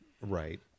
right